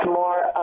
more